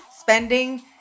spending